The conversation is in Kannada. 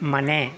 ಮನೆ